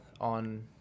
on